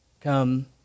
come